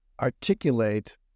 articulate